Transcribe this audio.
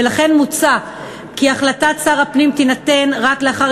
ולכן מוצע כי החלטת שר הפנים תינתן רק לאחר